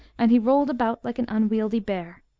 and he rolled about like an unwieldy bear.